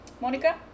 Monica